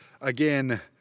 again